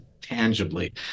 tangibly